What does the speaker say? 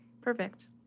Perfect